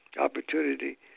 opportunity